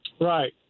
Right